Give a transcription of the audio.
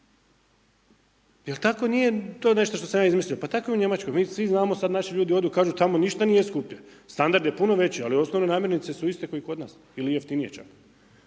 Jer tako nije nešto što sam ja izmislio. Pa tako je u Njemačkoj. Mi svi znamo, sad naši ljudi odu kažu, tamo ništa nije skuplje. Standard je puno veći, ali osnovne namirnice su iste kao i kod nas ili jeftinije čak.